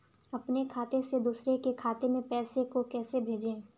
अपने खाते से दूसरे के खाते में पैसे को कैसे भेजे?